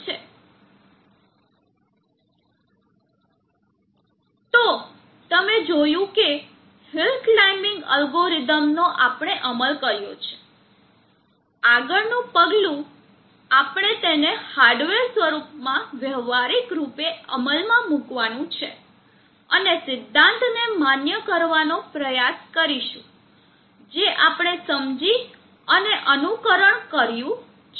તેથી તમે જોયું કે હિલ્સ ક્લાઇમ્બીંગ અલ્ગોરિધમ નો આપણે અમલ કર્યો છે આગળનું પગલું આપણે તેને હાર્ડવેર સ્વરૂપમાં વ્યવહારિક રૂપે અમલમાં મૂકવાનું છે અને સિદ્ધાંતને માન્ય કરવાનો પ્રયાસ કરીશું જે આપણે સમજી અને અનુકરણ કર્યું છે